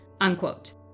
unquote